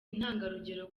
intangarugero